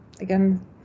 again